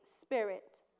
spirit